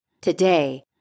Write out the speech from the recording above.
Today